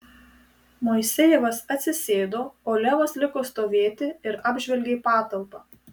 moisejevas atsisėdo o levas liko stovėti ir apžvelgė patalpą